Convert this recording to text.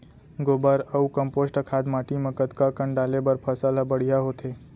गोबर अऊ कम्पोस्ट खाद माटी म कतका कन डाले बर फसल ह बढ़िया होथे?